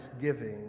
giving